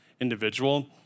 individual